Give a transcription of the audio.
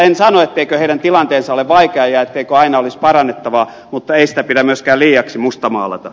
en sano etteikö heidän tilanteensa ole vaikea ja etteikö aina olisi parannettavaa mutta ei sitä pidä myöskään liiaksi mustamaalata